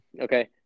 okay